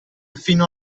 fino